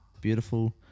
beautiful